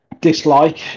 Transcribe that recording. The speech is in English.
dislike